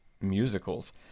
musicals